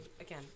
Again